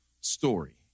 story